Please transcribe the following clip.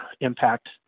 impact